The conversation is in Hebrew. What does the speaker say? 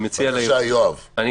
יואב, בבקשה.